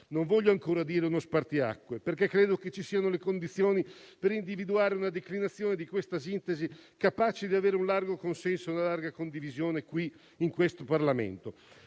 non voglio ancora dire uno spartiacque, perché credo ci siano le condizioni per individuare una declinazione di questa sintesi capace di avere largo consenso e condivisione in questo Parlamento.